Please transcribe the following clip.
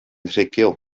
rhugl